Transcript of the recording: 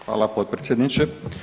Hvala potpredsjedniče.